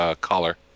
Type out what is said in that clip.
collar